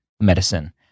medicine